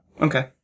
Okay